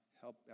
help